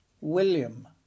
William